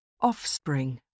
Offspring